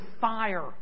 fire